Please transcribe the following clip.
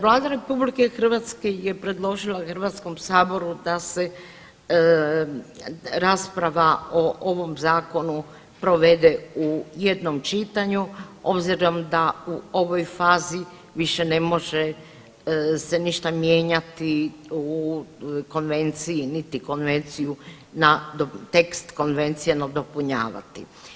Vlada Republika Hrvatske je predložila Hrvatskom saboru da se rasprava o ovom Zakonu provede u jednom čitanju s obzirom da u ovoj fazi više ne može se ništa mijenjati u Konvenciji, niti Konvenciju tekst Konvencije nadopunjavati.